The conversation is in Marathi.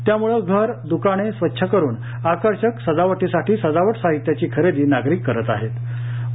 त्यामुळे घर दुकाने स्वच्छ करून आकर्षक सजावटीसाठी सजावट साहित्याची खरेदी नागरिक करत होते